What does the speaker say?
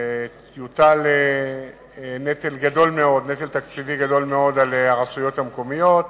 יוטל נטל תקציבי גדול מאוד על הרשויות המקומיות,